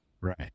Right